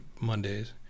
mondays